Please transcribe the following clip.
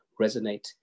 resonate